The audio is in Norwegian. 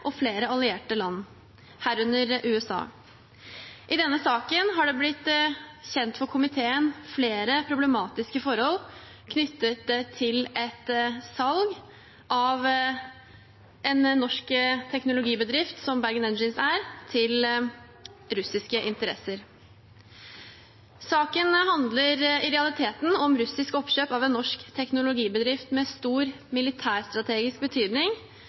og flere allierte land, herunder USA. I denne saken er det blitt kjent for komiteen flere problematiske forhold knyttet til et salg av en norsk teknologibedrift, som Bergen Engines er, til russiske interesser. Saken handler i realiteten om russisk oppkjøp av en norsk teknologibedrift med stor militærstrategisk betydning